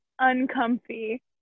uncomfy